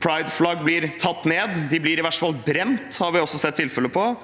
Prideflagg blir tatt ned. De blir i verste fall brent, det har vi også sett tilfeller av.